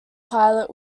pilot